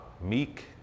meek